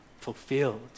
fulfilled